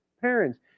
parents